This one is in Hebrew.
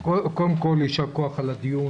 יישר כוח על הדיון.